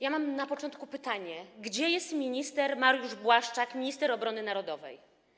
Ja mam na początku pytanie: Gdzie jest minister Mariusz Błaszczak, minister obrony narodowej?